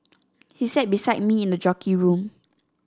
he sat beside me in the jockey room